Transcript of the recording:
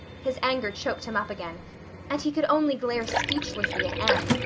his anger choked him up again and he could only glare speechlessly at anne,